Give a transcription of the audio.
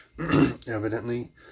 evidently